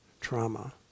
trauma